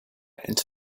into